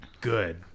good